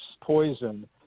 poison